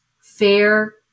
fair